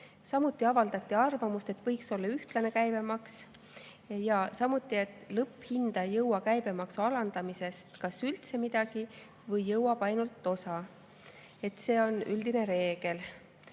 Samuti avaldati arvamust, et võiks olla ühtlane käibemaks ja et lõpphinda ei jõua käibemaksu alandamisest kas üldse midagi või jõuab ainult osa, see on üldine reegel.